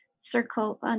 circle